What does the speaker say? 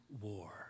war